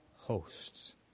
hosts